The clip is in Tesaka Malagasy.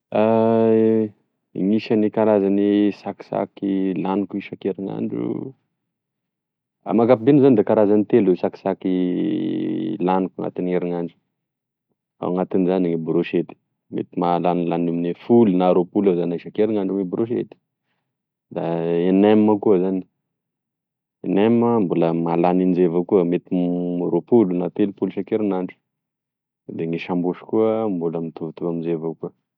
Gn'isagne karazagne sakisaky laniko isakerinandro amin'akapobeny zany da karazany telo e sakisaky laniko agnatin'erinandro ao anatinizany gne brochette mety mahalanilany eo aminy folo na roapolo eo zany isakerinandro gne brochette da e nem koa zany nem mbola mahalany anizay avao koa mety roapolo na telopolo isakerinandro da gne sambôsy koa da mbola mitovitovy amezay avao koa.